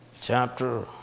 chapter